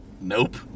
nope